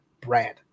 brand